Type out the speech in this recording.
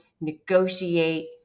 negotiate